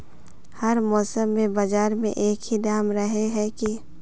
हर मौसम में बाजार में एक ही दाम रहे है की?